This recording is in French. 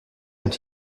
ont